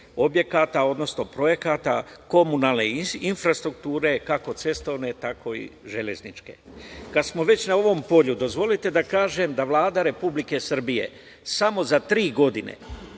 objekata, odnosno projekata komunalne infrastrukture, kako cestovne tako i železničke. Kad smo već na ovom polju, dozvolite da kažem da je Vlada Republike Srbije samo za tri godine